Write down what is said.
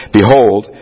behold